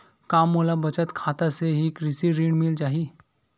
का मोला बचत खाता से ही कृषि ऋण मिल जाहि?